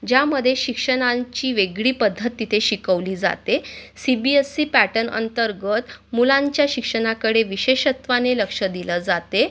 ज्यामध्ये शिक्षणाची वेगळी पद्धत तिथे शिकवली जाते सी बी एस सी पॅटनअंतर्गत मुलांच्या शिक्षणाकडे विशेषत्वाने लक्ष दिलं जाते